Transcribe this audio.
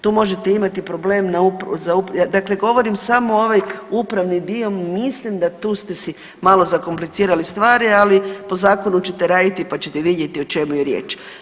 Tu možete imati problem na, dakle govorim samo ovaj upravni dio, mislim da tu ste si malo zakomplicirali stvari, ali po zakonu ćete raditi, pa ćete vidjeti o čemu je riječ.